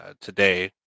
today